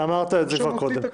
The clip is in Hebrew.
אמרת את זה כבר קודם.